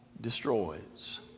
destroys